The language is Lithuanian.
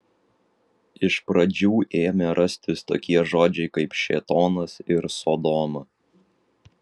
iš pradžių ėmė rastis tokie žodžiai kaip šėtonas ir sodoma